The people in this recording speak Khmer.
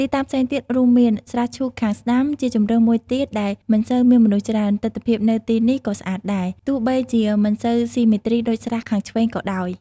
ទីតាំងផ្សេងទៀតរួមមាន ស្រះឈូកខាងស្តាំ: ជាជម្រើសមួយទៀតដែលមិនសូវមានមនុស្សច្រើន។ ទិដ្ឋភាពនៅទីនេះក៏ស្អាតដែរ ទោះបីជាមិនសូវស៊ីមេទ្រីដូចស្រះខាងឆ្វេងក៏ដោយ។